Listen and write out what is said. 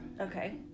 Okay